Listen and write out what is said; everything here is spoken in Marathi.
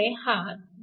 5A होईल